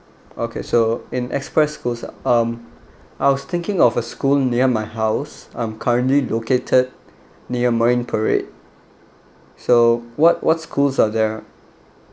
okay so in express schools um I was thinking of a school near my house I'm currently located near marine parade so what what schools are there